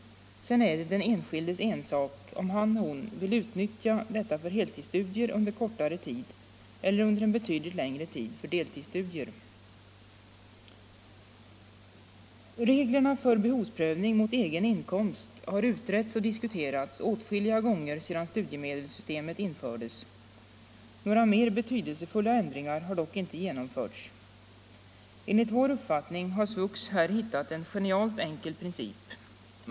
Sedan är det den enskildes ensak om han eller hon vill utnyttja detta för heltidsstudier under kortare tid eller för deltidsstudier under betydligt längre tid. Reglerna för behovsprövning mot egen inkomst har utretts och diskuterats åtskilliga gånger sedan studiemedelssystemet infördes. Några mer betydelsefulla ändringar har dock inte genomförts. Enligt vår uppfattning har SVUX här hittat en genialt enkel princip.